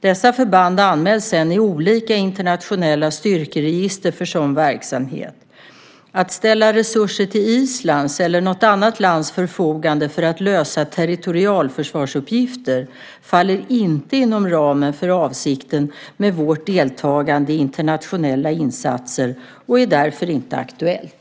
Dessa förband anmäls sedan i olika internationella styrkeregister för sådan verksamhet. Att ställa resurser till Islands eller något annat lands förfogande för att lösa territorialförsvarsuppgifter faller inte inom ramen för avsikten med vårt deltagande i internationella insatser och är därför inte aktuellt.